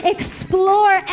Explore